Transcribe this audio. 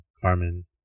Carmen